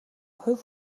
хувь